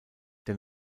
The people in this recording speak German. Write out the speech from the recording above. der